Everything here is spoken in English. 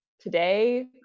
today